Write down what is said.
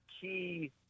key